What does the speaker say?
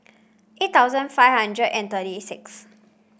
eight thousand five hundred and thirty six